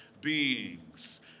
Beings